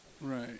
Right